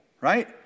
right